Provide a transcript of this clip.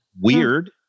Weird